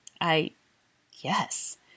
I—yes